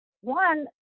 one